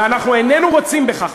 ואנחנו איננו רוצים בכך,